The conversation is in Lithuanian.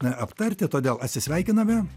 aptarti todėl atsisveikiname